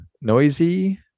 noisy